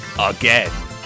again